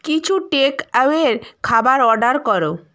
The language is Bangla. কিছু টেক অ্যাওয়ের খাবার অর্ডার করো